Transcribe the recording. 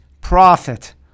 profit